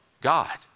God